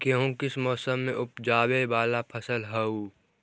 गेहूं किस मौसम में ऊपजावे वाला फसल हउ?